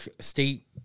State